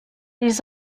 ils